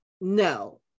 No